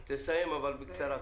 תסיים, אבל בקצרה.